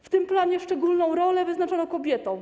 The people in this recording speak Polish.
W tym planie szczególną rolę wyznaczono kobietom.